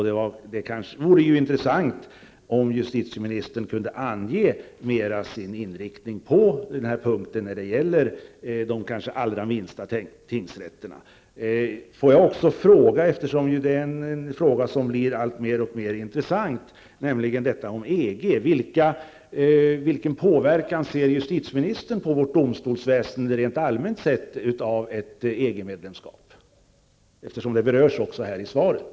Det vore dock intressant om justitieministern kunde ange litet mera av sin inriktning på denna punkt när det gäller de allra minsta tingsrätterna. Får jag också fråga -- det är ju en fråga som blir alltmer intressant -- om detta med EG: Vilken påverkan ser justitieministern på vårt domstolsväsende rent allmänt av ett EG medlemskap? Detta berörs ju i svaret.